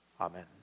Amen